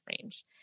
range